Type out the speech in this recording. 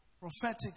prophetic